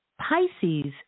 Pisces